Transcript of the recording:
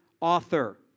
author